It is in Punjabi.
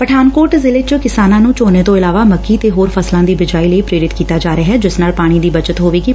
ਪਠਾਨਕੋਟ ਸ਼ਿਲੇ ਚ ਕਿਸਾਨਾਂ ਨੂੰ ਝੋਨੇ ਤੋਂ ਇਲਾਵਾ ਮੱਕੀ ਤੇ ਹੋਰ ਫਸਲਾਂ ਦੀ ਬਿਜਾਈ ਲਈ ਪ੍ਰੇਰਿਤ ਕੀਤਾ ਜਾ ਰਿਹੈ ਜਿਸ ਨਾਲ ਪਾਣੀ ਦੀ ਬਚਤਂ ਹੋਵੇਗੀ